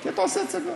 כי אתה עושה הצגות.